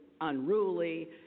unruly